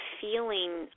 feeling